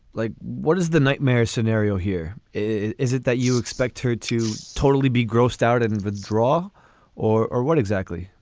like, what is the nightmare scenario here? is it that you expect her to totally be grossed out and and withdraw or or what exactly?